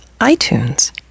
iTunes